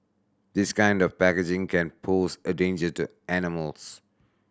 this kind of packaging can pose a danger to animals